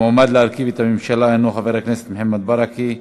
המועמד להרכיב את הממשלה הנו חבר הכנסת מוחמד ברכה.